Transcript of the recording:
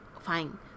fine